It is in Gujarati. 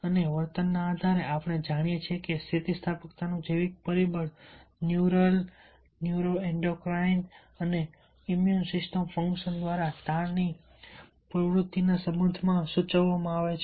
અને વર્તનના આધારે આપણે જાણીએ છીએ કે સ્થિતિસ્થાપકતાનું જૈવિક પરિબળ ન્યુરલ ન્યુરોએન્ડોક્રાઇન અને ઇમ્યુન સિસ્ટમ ફંક્શન દ્વારા તાણની પ્રવૃત્તિના સંબંધમાં સૂચવવામાં આવે છે